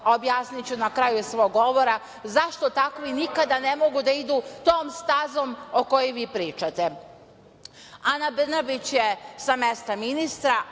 a objasniću na kraju svog govora zašto takvi nikada ne mogu da idu tom stazom o kojoj vi pričate. Ana Brnabić je sa mesta ministra,